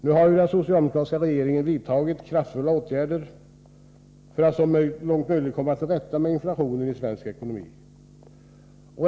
Nu har den socialdemokratiska regeringen vidtagit kraftfulla åtgärder för att så långt möjligt komma till rätta med inflationen i svensk ekonomi.